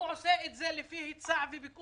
היא עושה את זה לפי היצע וביקוש,